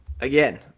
again